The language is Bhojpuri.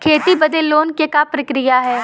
खेती बदे लोन के का प्रक्रिया ह?